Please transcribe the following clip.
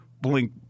blink